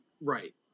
right